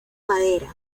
madera